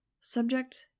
Subject